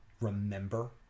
Remember